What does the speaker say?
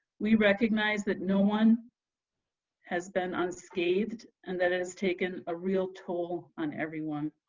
we recognize that no one has been unscathed and that it has taken a real toll on everyone.